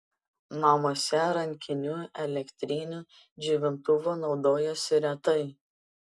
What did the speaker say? namuose rankiniu elektriniu džiovintuvu naudojosi retai